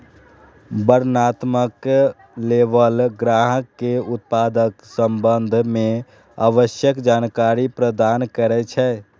वर्णनात्मक लेबल ग्राहक कें उत्पादक संबंध मे आवश्यक जानकारी प्रदान करै छै